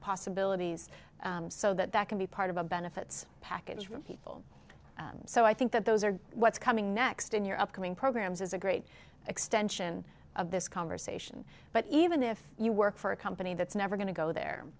possibilities so that that can be part of a benefits package for people so i think that those are what's coming next in your upcoming programs is a great extension of this conversation but even if you work for a company that's never going to go there